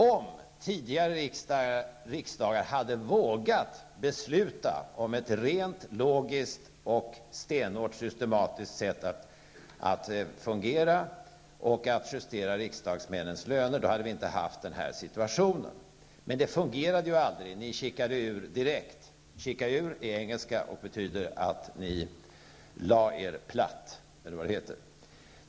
Om tidigare riksdagar hade vågat besluta om ett rent, logiskt och stenhårt systematiskt sätt att fungera och justera riksdagsmännens löner, då hade vi inte haft dagens situation. Men det fungerade aldrig. Ni chickade ur direkt -- det är engelska och betyder ungefär att ni ''lade er platt''.